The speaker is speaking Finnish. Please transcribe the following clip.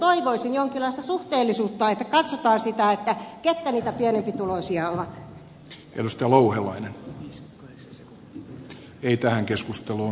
toivoisin jonkinlaista suhteellisuutta että katsotaan sitä ketkä niitä pienempituloisia ovat